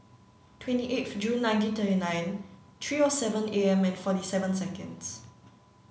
twenty eighth June nineteen thirty nine three O seven A M and forty seven seconds